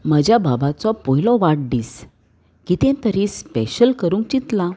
म्हज्या बाबाचो पयलो वाडदीस कितें तरी स्पेशल करूंक चिंतलां